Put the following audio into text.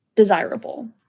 desirable